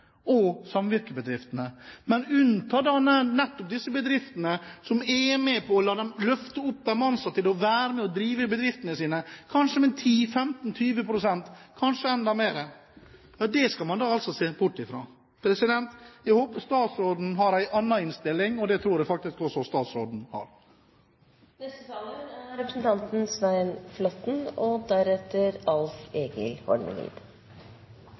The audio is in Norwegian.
kollektivistiske, og samvirkebedriftene, men man unntar da nettopp de bedriftene som er med på å løfte opp de ansatte til å være med og drive bedriftene sine, kanskje med en 10–15–20 pst., kanskje enda mer. Det skal man da altså se bort fra. Jeg håper statsråden har en annen innstilling, og det tror jeg faktisk også statsråden har. I min replikk til statsråden sa jeg at det gikk godt også frem til 2005, og